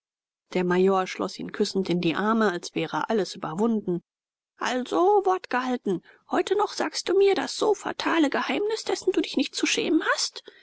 der major schloß ihn küssend in die arme als wäre alles überwunden also wort gehalten heute noch sagst du mir das so fatale geheimnis dessen du dich nicht zu schämen hast